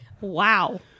Wow